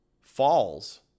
falls